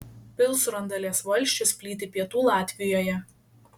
pilsrundalės valsčius plyti pietų latvijoje